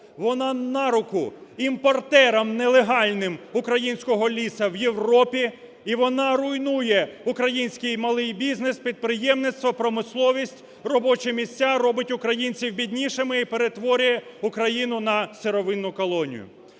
Воно на руку імпортерам нелегальним українського лісу в Європі, і воно руйнує український малий бізнес, підприємництво, промисловість, робочі місця, робить українців біднішими і перетворює Україну на сировину колонію.